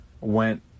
went